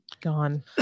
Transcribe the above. Gone